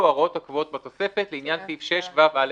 ההוראות הקבועות בתוספת לעניין סעיף 6ו(א)(1).